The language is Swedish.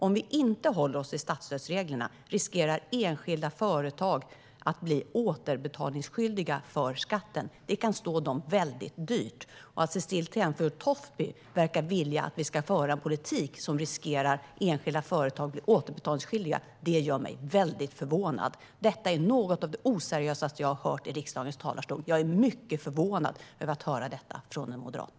Om vi inte håller oss till dem löper enskilda företag risk att bli återbetalningsskyldiga för skatten. Det kan stå dem väldigt dyrt. Att Cecilie Tenfjord-Toftby verkar vilja att vi för en politik som utgör en risk för att enskilda företag blir återbetalningsskyldiga gör mig mycket förvånad. Detta är något av det mest oseriösa jag har hört i riksdagens talarstol, och jag är mycket förvånad över att höra detta från en moderat.